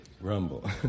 rumble